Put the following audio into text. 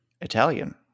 Italian